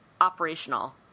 operational